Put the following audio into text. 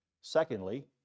Secondly